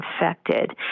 infected